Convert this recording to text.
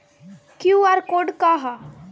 QR code का ह?